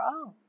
own